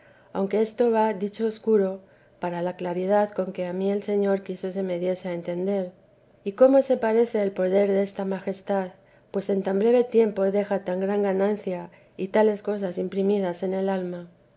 aunque esto va dicho escuro para la claridad con que a mí el señor quiso se me diese a entender y cómo se parece el poder desta majestad pues en tan breve tiempo deja tan gran ganancia y tales cosas imprimidas en el alma